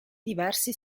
diversi